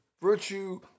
virtue